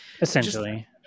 Essentially